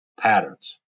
patterns